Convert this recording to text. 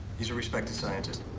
he's a respected scientist.